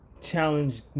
challenge